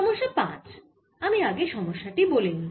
সমস্যা 5 আমি আগে সমস্যা টি বলে নিই